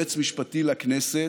יועץ משפטי לכנסת,